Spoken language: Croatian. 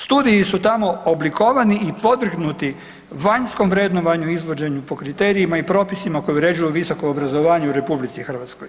Studiji su tamo oblikovani i podvrgnuti vanjskom vrednovanju i izvođenju po kriterijima i propisima koji uređuju visoko obrazovanje u RH.